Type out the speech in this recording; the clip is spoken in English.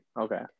okay